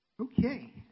Okay